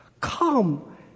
come